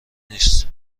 نیست